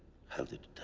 held it